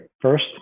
first